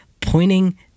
pointing